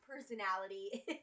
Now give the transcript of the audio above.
personality